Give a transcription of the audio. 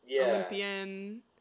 Olympian